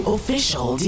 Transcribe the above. Official